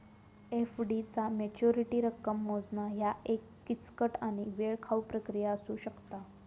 FD चा maturity रक्कम मोजणा ह्या एक किचकट आणि वेळखाऊ प्रक्रिया असू शकता